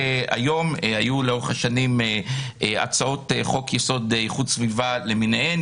היו לאורך השנים הצעות חוק יסוד: איכות סביבה למיניהן.